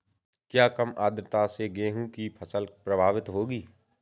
क्या कम आर्द्रता से गेहूँ की फसल प्रभावित होगी?